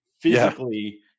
physically